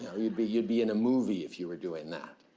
you know you'd be you'd be in a movie if you were doing that.